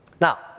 Now